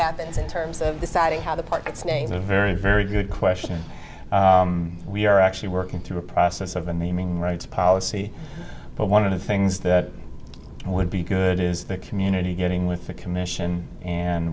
happens in terms of deciding how the park its name a very very good question we are actually working through a process of i mean rights policy but one of the things that would be good is the community dealing with the commission and